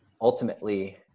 ultimately